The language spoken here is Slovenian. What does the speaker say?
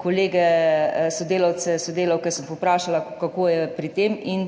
Kolege sodelavce, sodelavke sem povprašala, kako je pri tem, in